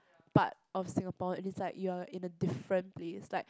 part of Singapore and it's like you are in a different place like